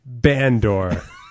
Bandor